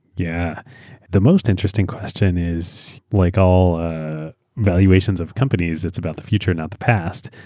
yeah the most interesting question is, like all valuations of companies, it's about the future, not the past.